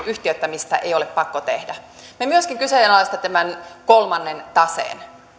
yhtiöittämistä ei ole pakko tehdä me myöskin kyseenalaistamme tämän kolmannen taseen